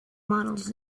models